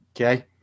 Okay